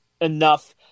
enough